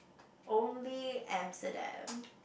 only Amsterdam